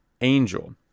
angel